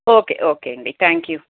okay okay అండి thank you